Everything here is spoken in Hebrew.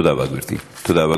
תודה רבה, גברתי.